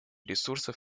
ресурсов